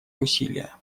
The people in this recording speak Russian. усилия